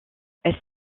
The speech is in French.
elle